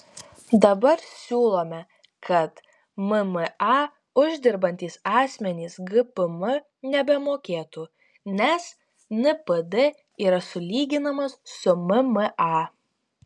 dabar siūlome kad mma uždirbantys asmenys gpm nebemokėtų nes npd yra sulyginamas su mma